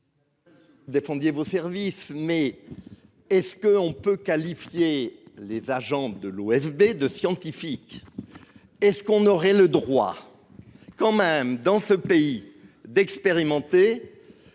Défendiez vos services mais. Est-ce qu'on peut qualifier les agents de l'OFB de scientifiques. Et ce qu'on aurait le droit. Quand même dans ce pays d'expérimenter.